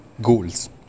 goals